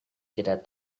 tidak